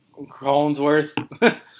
Collinsworth